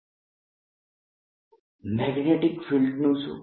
A0K3R3r2sinθr≥R 0K3r sinθrR magnetic ફિલ્ડનું શું